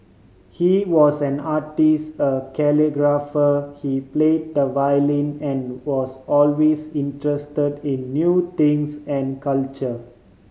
he was an artist a calligrapher he play the violin and was always interested in new things and culture